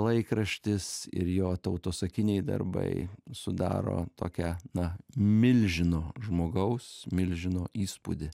laikraštis ir jo tautosakiniai darbai sudaro tokią na milžino žmogaus milžino įspūdį